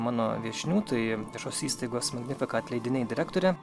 mano viešnių viešos įstaigos magnificat leidiniai direktorė